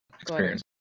experience